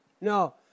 No